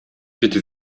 bitte